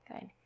Good